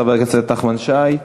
חבר הכנסת נחמן שי,